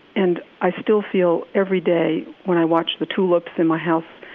and i still feel everyday when i watch the tulips in my house,